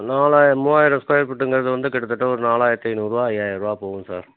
நாலாயி மூவாயிரம் ஸ்கொயர் ஃபீட்டுங்கிறது வந்து கிட்டத்தட்ட ஒரு நாலாயிரத்து ஐந்நூறுரூவா ஐயாயிரூவா போகும் சார்